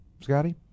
Scotty